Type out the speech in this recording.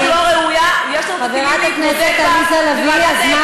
סליחה, אני מבקשת, תם הזמן.